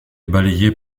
balayée